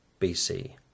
BC